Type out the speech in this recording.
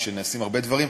ונעשים הרבה דברים.